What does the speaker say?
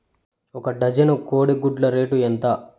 ఒక డజను కోడి గుడ్ల రేటు ఎంత?